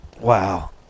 Wow